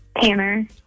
Tanner